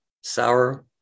Sour